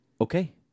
Okay